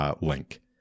link